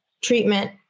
treatment